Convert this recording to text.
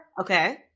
Okay